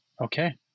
Okay